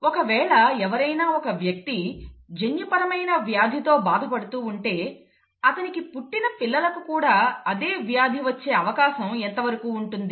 ఒకవేళ ఎవరైనా ఒక వ్యక్తి జన్యుపరమైన వ్యాధితో బాధపడుతూ ఉంటే అతనికి పుట్టిన పిల్లలకు కూడా అదే వ్యాధి వచ్చే అవకాశం ఎంత వరకు ఉంటుంది